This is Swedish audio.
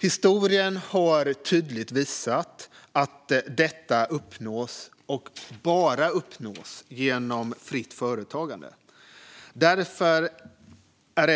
Historien har tydligt visat att detta uppnås genom fritt företagande - bara därigenom.